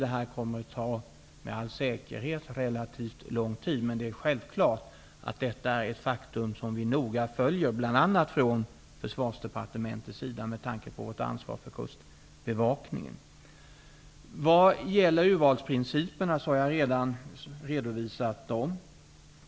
Det kommer med all säkerhet att ta relativt lång tid. Men det är självklart att detta är något som vi noggrant följer, bl.a. från Försvarsdepartementets sida med tanke på vårt ansvar för kustbevakningen. Urvalsprinciperna har jag redan redovisat.